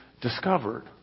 discovered